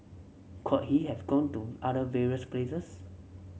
could he have gone to other various places